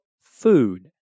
food